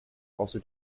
also